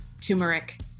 turmeric